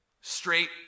straight